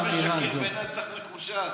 אדם משקר במצח נחושה,